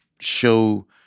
show